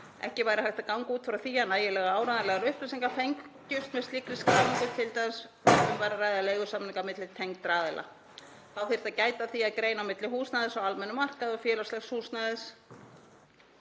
Ekki væri hægt að ganga út frá því að nægilega áreiðanlegar upplýsingar fengjust með slíkri skráningu, t.d. ef um væri að ræða leigusamninga milli tengdra aðila. Þá þyrfti að gæta að því að greina á milli húsnæðis á almennum markaði og félagslegs húsnæðis.